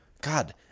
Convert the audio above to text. god